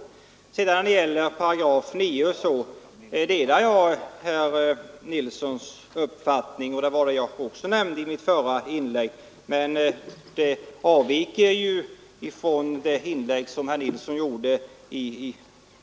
Vad sedan gäller 9§ delar jag herr Nilssons i Kalmar senaste uppfattning, men det avviker ju från vad herr Nilsson sade i